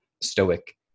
stoic